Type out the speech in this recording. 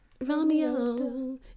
Romeo